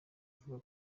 avuga